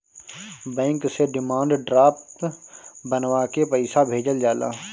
bank से demand draft बनवा के पईसा भेजल जाला